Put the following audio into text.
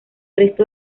resto